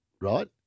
Right